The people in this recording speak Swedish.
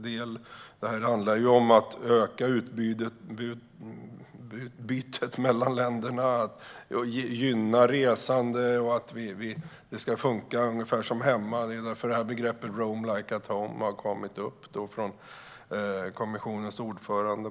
Det här handlar ju om att öka utbytet mellan länderna och gynna resande. Det ska funka ungefär som hemma, och det är bland annat därför begreppet "roam like at home" har kommit upp från kommissionens ordförande.